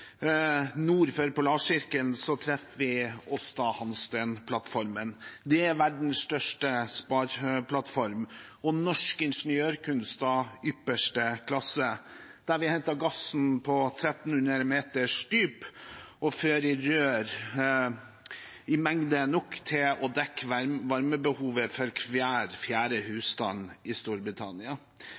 nord for polarsirkelen, treffer vi Aasta Hansteen-plattformen. Det er verdens største spar-plattform og norsk ingeniørkunst av ypperste klasse, der vi henter gassen på 1 300 meters dyp og fører den i rør i stor nok mengde til å dekke varmebehovet for hver fjerde husstand i Storbritannia.